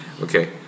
Okay